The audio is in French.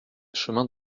chemin